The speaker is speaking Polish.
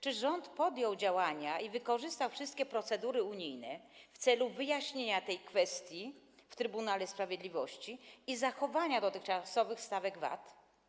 Czy rząd podjął działania i wykorzystał wszystkie procedury unijne w celu wyjaśnienia tej kwestii w Trybunale Sprawiedliwości i zachowania dotychczasowych stawek VAT?